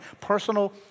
Personal